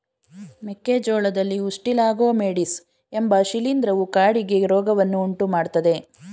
ಮೆಕ್ಕೆ ಜೋಳದಲ್ಲಿ Ustilago maydis ಎಂಬ ಶಿಲೀಂಧ್ರವು ಕಾಡಿಗೆ ರೋಗವನ್ನು ಉಂಟುಮಾಡ್ತದೆ